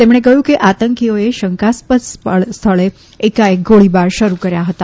તેમણે કહ્યું કે આતંકીઓએ શંકાસ્પદ સ્થળે એકાએક ગોળીબાર શરૂ કર્યો હતો